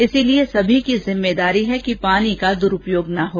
इसलिए सभी की जिम्मेदारी है कि पानी का द्रूपयोग नहीं हो